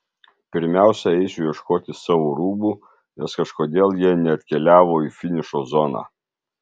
pirmiausia eisiu ieškoti savo rūbų nes kažkodėl jie neatkeliavo į finišo zoną